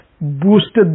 boosted